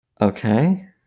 Okay